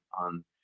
on